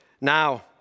now